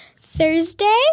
Thursday